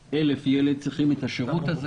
מיליון ילדים צריכים את השירות הזה.